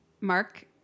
Mark